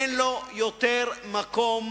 אין לו יותר מקום